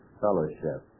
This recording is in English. fellowship